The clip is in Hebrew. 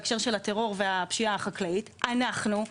בהקשר של הטרור והפשיעה החקלאית אנחנו,